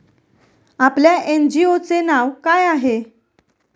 आपल्या एन.जी.ओ चे नाव काय आहे?